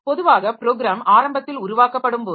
பொதுவாக ப்ரோக்ராம் ஆரம்பத்தில் உருவாக்கப்படும்போது